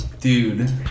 Dude